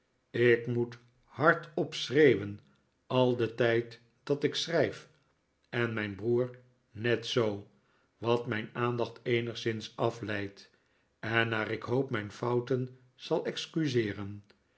ik moet hardop schreeuwen al den tijd dat ik schrijf en mijn broer net zoo wat mijn aandacht eenigszihs afleidt en naar ik hoop mijn fouten zal excuseeren